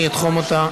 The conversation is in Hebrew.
אני אתחום אותה.